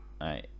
right